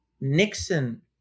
Nixon